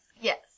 Yes